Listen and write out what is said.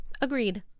Agreed